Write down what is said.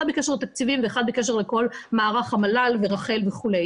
אחד בקשר לתקציבים ואחד בקשר לכל מערך המל"ל ורח"ל וכו'.